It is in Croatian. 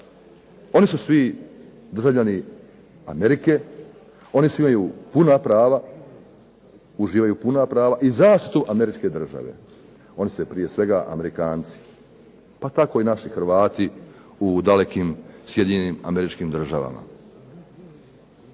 Oni su svi državljani Amerike, oni svi imaju puna prava, uživaju puna prava i zaštitu američke države. Oni su prije svega Amerikanci. Pa tako i naši Hrvati u dalekim Sjedinjenim Američkim Državama.